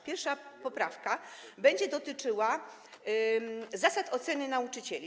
Pierwsza poprawka będzie dotyczyła zasad oceny nauczycieli.